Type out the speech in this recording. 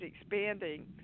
expanding